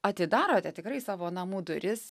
atidarote tikrai savo namų duris